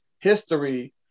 history